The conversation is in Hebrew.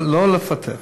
לא לפטר,